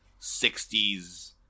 60s